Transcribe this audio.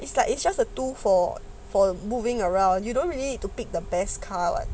it's like it's just a tool for for moving around you don't really need to pick the best car lah